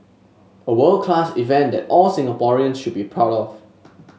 a world class event that all Singaporeans should be proud of